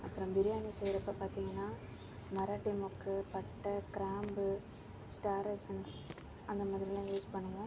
அப்புறம் பிரியாணி செய்றப்போ பார்த்தீங்கனா நரடிமுக்கு பட்டை கிராம்பு ஸ்டார் எசன்ஸ் அந்த மாதிரிலாம் யூஸ் பண்ணுவோம்